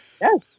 Yes